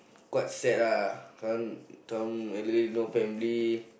quite sad lah some some really no family